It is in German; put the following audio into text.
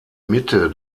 mitte